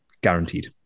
guaranteed